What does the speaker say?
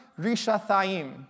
Rishathaim